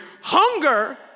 hunger